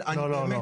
אני נבוך,